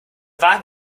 wagen